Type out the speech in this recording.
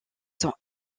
sont